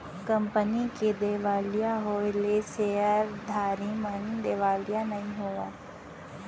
company के देवालिया होएले सेयरधारी मन देवालिया नइ होवय